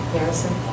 Harrison